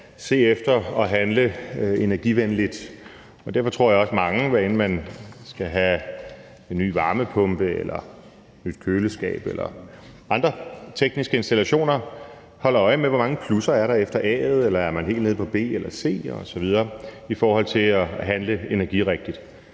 se efter at handle energivenligt. Derfor tror jeg også, at mange, hvad end man skal have en ny varmepumpe, et nyt køleskab eller andre tekniske installationer, holder øje med, hvor mange plusser der er efter A'et, eller om man er helt nede på B eller C osv., i forhold til at handle energirigtigt.